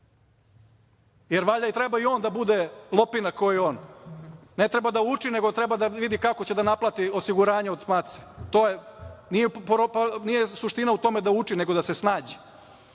jer valjda treba i on da bude lopina kao i on. Ne treba da uči, nego treba da vidi kako će da naplati osiguranje od SMATSA. Nije suština u tome da uči, nego da se snađe. Savo